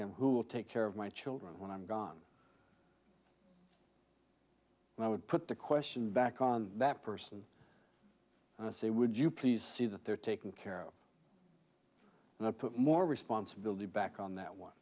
him who will take care of my children when i'm gone and i would put the question back on that person and i say would you please see that they're taken care of and i put more responsibility back on that one